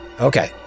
Okay